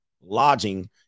lodging